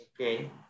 Okay